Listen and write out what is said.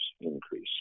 increase